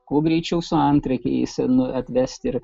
kuo greičiau su antrankiais atvesti ir